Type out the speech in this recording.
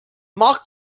mock